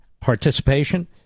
participation